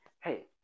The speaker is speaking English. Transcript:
hey